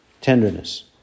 tenderness